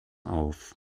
auf